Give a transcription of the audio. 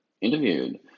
interviewed